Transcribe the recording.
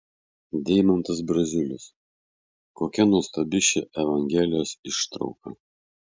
deimantas braziulis kokia nuostabi ši evangelijos ištrauka